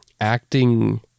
acting